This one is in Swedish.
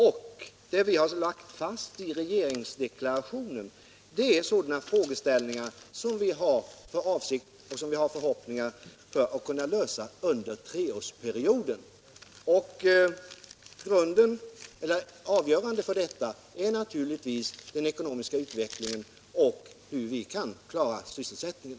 Vad vi har lagt fast i regeringsdeklarationen är frågor som vi hoppas kunna lösa under treårsperioden. Avgörande för det är naturligtvis den ekonomiska utvecklingen och hur vi kan klara sysselsättningen.